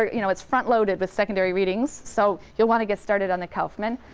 you know, it's front loaded with secondary readings. so you'll want to get started on the kaufman,